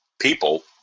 people